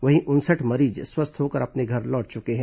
वहीं उनसठ मरीज स्वस्थ होकर अपने घर लौट चुके हैं